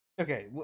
Okay